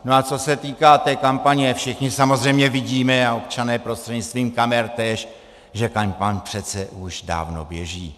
A co se týká té kampaně, všichni samozřejmě vidíme a občané prostřednictvím kamer též, že kampaň přece už dávno běží.